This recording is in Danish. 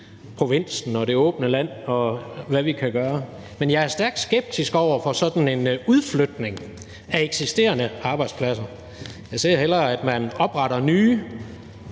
provinsen og det åbne land, og hvad vi kan gøre, men jeg er stærkt skeptisk over for sådan en udflytning af eksisterende arbejdspladser. Jeg ser hellere, at man opretter nye